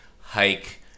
hike